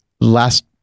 last